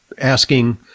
Asking